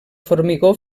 formigó